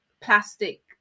plastic